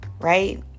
Right